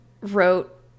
wrote